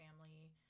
family